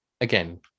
again